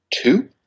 two